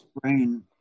brain